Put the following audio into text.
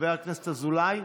חבר הכנסת אזולאי,